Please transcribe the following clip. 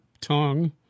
tongue